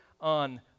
on